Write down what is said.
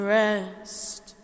rest